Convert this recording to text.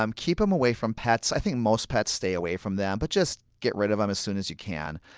um keep them away from pets. i think most pets stay away from them, but just get rid of them um as soon as you can.